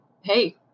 hey